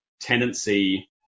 tendency